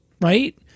right